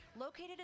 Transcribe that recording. located